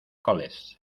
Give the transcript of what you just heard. college